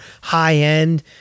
high-end